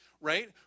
right